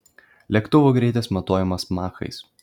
lėktuvų greitis matuojamas machais